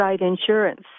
insurance